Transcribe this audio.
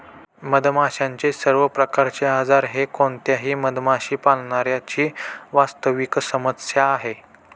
मधमाशांचे सर्व प्रकारचे आजार हे कोणत्याही मधमाशी पाळणाऱ्या ची वास्तविक समस्या आहे